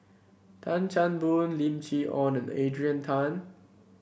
Tan Chan Boon Lim Chee Onn and Adrian Tan